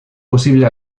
posible